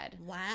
Wow